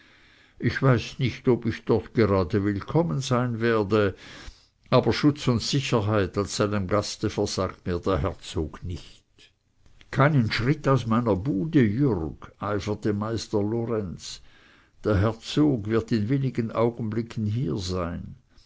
ich weiß nicht ob ich dort gerade willkommen sein werde aber schutz und sicherheit als seinem gaste versagt mir der herzog nicht keinen schritt aus meiner bude jürg eiferte meister lorenz der herzog wird in wenigen augenblicken hier sein